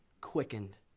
quickened